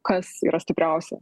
kas yra stipriausia